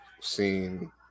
seen